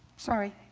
sorry.